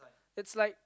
it's like